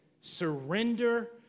surrender